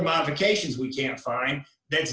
modifications we can't find th